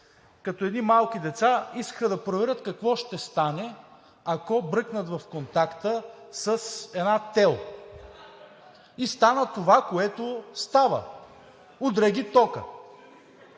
като едни малки деца искаха да проверят какво ще стане, ако бръкнат в контакта с една тел. И стана това, което става – удря ги токът.